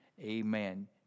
Amen